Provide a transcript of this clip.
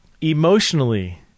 emotionally